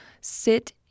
sit